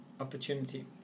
opportunity